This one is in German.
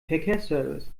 verkehrsservice